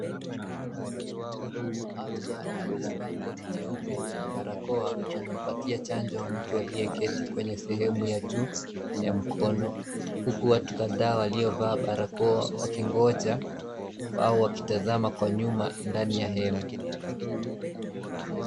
Mhudumu wa afya aliyevaa koti jeupe na barakoa anampatia chanjo ya mtu aliye keti kwenye sehemu ya juu ya mkono. Huku watu kadhaa waliovaa barakoa wakingoja au wakitazama kwa nyuma ndani ya hema.